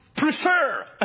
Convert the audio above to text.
Prefer